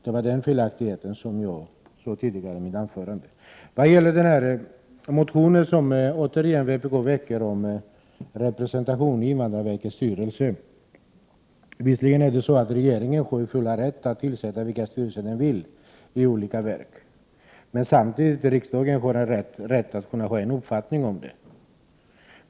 Det var detta som felaktigheten i mitt tidigare anförande gällde. När det gäller den motion som vpk tillsammans med miljöpartiet väcker om representation i invandrarverkets styrelse vill jag nämna att regeringen visserligen har full rätt att i olika verk tillsätta den styrelse som regeringen vill tillsätta. Men riksdagen har samtidigt en rätt att ha en uppfattning om detta.